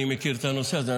אני מכיר את הנושא הזה.